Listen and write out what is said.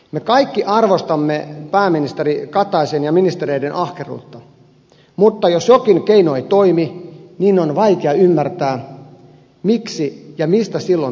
me kaikki arvostamme pääministeri kataisen ja ministereiden ahkeruutta mutta jos jokin keino ei toimi niin on vaikea ymmärtää miksi ja mistä silloin pitäisi neuvotella